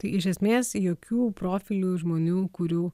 tai iš esmės jokių profilių žmonių kurių